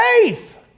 faith